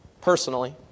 personally